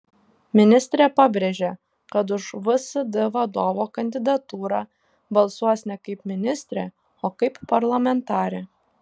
ministrė pabrėžė kad už vsd vadovo kandidatūrą balsuos ne kaip ministrė o kaip parlamentarė